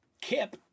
Kip